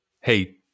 hey